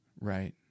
Right